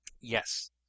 Yes